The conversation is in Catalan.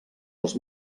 els